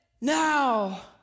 now